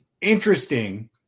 interesting